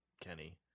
Kenny